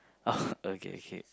oh okay okay